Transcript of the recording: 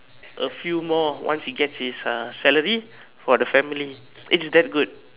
a few more once he gets his uh salary for the family it's that good